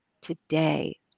today